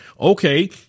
Okay